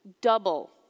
double